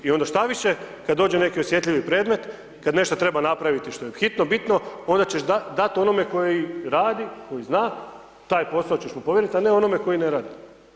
I onda štoviše, kad dođe neki osjetljivi predmet, kad nešto treba napraviti što je hitno, bitno, onda ćeš dati onome koji radi, koji zna, taj posao ćeš mu povjeriti a ne onome koji ne radi.